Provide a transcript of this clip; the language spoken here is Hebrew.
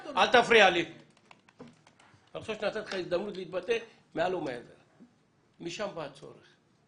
משם בא הצורך.